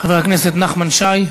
חבר הכנסת נחמן שי.